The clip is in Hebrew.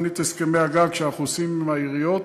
תוכנית הסכמי הגג שאנחנו עושים עם העיריות.